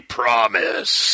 promise